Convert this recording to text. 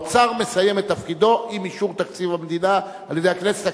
האוצר מסיים את תפקידו עם אישור תקציב המדינה על-ידי הכנסת.